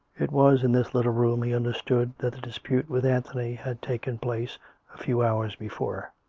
it was in this little room, he understood, that the dispute with anthony had taken place a few hours before,